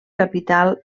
capital